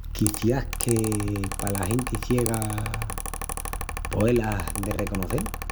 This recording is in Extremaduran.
Quiciás que pala genti ciega poé-las de reconocel.